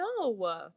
no